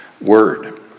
word